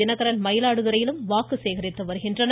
தினகரன் மயிலாடுதுறையிலும் வாக்கு சேகரிக்கின்றனர்